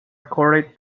accorded